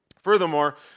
Furthermore